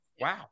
Wow